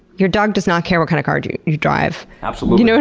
your dog does not care what kind of car you you drive. absolutely. you know